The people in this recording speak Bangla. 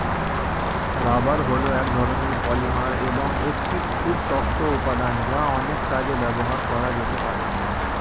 রাবার হল এক ধরণের পলিমার এবং একটি খুব শক্ত উপাদান যা অনেক কাজে ব্যবহার করা যেতে পারে